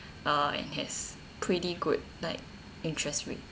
uh and it has pretty good like interest rate